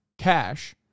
Cash